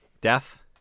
Death